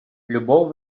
любов